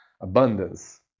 abundance